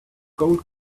gold